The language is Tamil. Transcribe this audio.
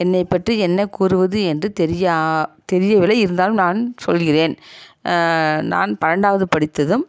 என்னை பற்றி என்ன கூறுவது என்று தெரிய தெரியவில்லை இருந்தாலும் நான் சொல்கிறேன் நான் பன்னெண்டாவது படித்ததும்